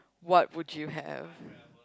what would you have